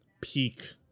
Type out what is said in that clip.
peak